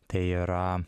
tai yra